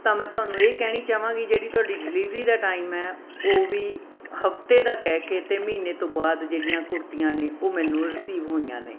ਤਾਂ ਮੈਂ ਤੁਹਾਨੂੰ ਇਹ ਕਹਿਣਾ ਚਾਹਵਾਂਗੀ ਜਿਹੜੀ ਤੁਹਾਡੀ ਡਿਲੀਵਰੀ ਦਾ ਟਾਈਮ ਹੈ ਉਹ ਵੀ ਹਫਤੇ ਦਾ ਕਹਿ ਕੇ ਅਤੇ ਮਹੀਨੇ ਤੋਂ ਬਾਅਦ ਜਿਹੜੀਆਂ ਕੁੜਤੀਆਂ ਨੇ ਉਹ ਮੈਨੂੰ ਰਿਸੀਵ ਹੋਈਆਂ ਨੇ